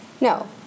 No